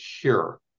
cure